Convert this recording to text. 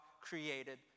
created